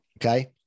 okay